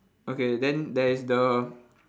okay then there is the